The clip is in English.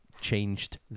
changed